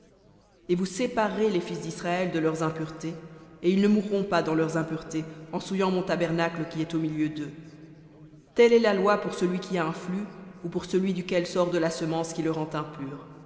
et vous séparerez les fils d'israël de leurs impuretés et ils ne mourront pas dans leurs impuretés en souillant mon tabernacle qui est au milieu deux telle est la loi pour celui qui a un flux ou pour celui duquel sort de la semence qui le rend impur